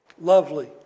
lovely